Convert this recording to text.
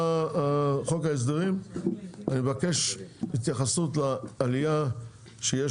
חוק ההסדרים אני מבקש התייחסות לעלייה שיש